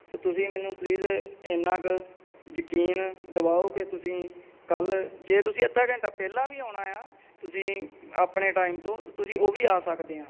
ਤਾਂ ਤੁਸੀਂ ਮੈਨੂੰ ਪਲੀਜ਼ ਇੰਨਾ ਕੁ ਯਕੀਨ ਦਵਾਓ ਕਿ ਤੁਸੀਂ ਕੱਲ੍ਹ ਜੇ ਤੁਸੀਂ ਅੱਧਾ ਘੰਟਾ ਪਹਿਲਾਂ ਵੀ ਆਉਣਾ ਆ ਤੁਸੀਂ ਆਪਣੇ ਟਾਈਮ ਤੋਂ ਤਾਂ ਤੁਸੀਂ ਉਹ ਵੀ ਆ ਸਕਦੇ ਹੋ